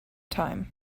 time